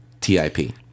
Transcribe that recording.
T-I-P